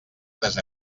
tres